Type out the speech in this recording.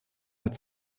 hat